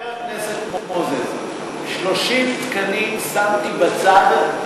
חבר הכנסת מוזס, 30 תקנים שמתי בצד.